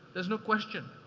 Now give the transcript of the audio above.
there's no question.